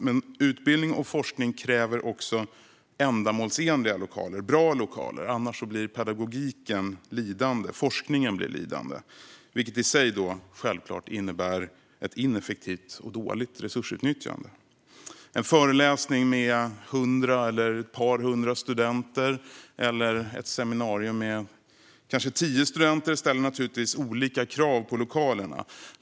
Men utbildning och forskning kräver också ändamålsenliga och bra lokaler, annars blir pedagogiken och forskningen lidande. Det innebär självklart i sig ett ineffektivt och dåligt resursutnyttjande. En föreläsning med hundra eller ett par hundra studenter eller ett seminarium med kanske tio studenter ställer naturligtvis olika krav på lokalerna.